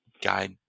guide